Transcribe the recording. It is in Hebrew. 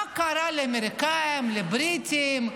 מה קרה לאמריקנים, לבריטים,